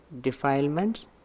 defilements